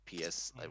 PS